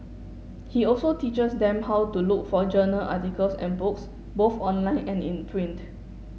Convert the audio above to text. he also teaches them how to look for journal articles and books both online and in print